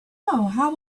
how